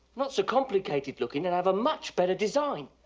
not so complicated-looking and have a much better design.